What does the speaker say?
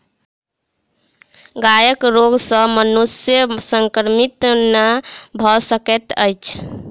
गायक रोग सॅ मनुष्य संक्रमित नै भ सकैत अछि